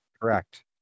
Correct